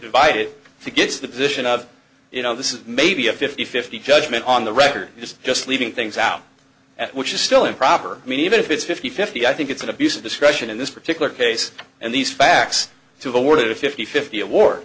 divided to get to the position of you know this is maybe a fifty fifty judgment on the record is just leaving things out at which is still improper i mean even if it's fifty fifty i think it's an abuse of discretion in this particular case and these facts to award a fifty fifty a war